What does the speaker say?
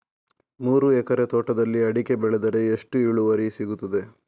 ಮೂರು ಎಕರೆ ತೋಟದಲ್ಲಿ ಅಡಿಕೆ ಬೆಳೆದರೆ ಎಷ್ಟು ಇಳುವರಿ ಸಿಗುತ್ತದೆ?